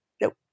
Nope